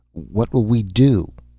what will we do?